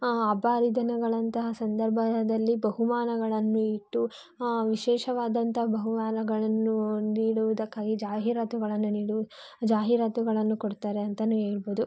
ಹಬ್ಬ ಹರಿದಿನಗಳಂತಹ ಸಂದರ್ಭದಲ್ಲಿ ಬಹುಮಾನಗಳನ್ನು ಇಟ್ಟು ವಿಶೇಷವಾದಂಥ ಬಹುಮಾನಗಳನ್ನು ನೀಡುವುದಕ್ಕಾಗಿ ಜಾಹೀರಾತುಗಳನ್ನು ನೀಡು ಜಾಹೀರಾತುಗಳನ್ನು ಕೊಡ್ತಾರೆ ಅಂತನೂ ಹೇಳ್ಬೊದು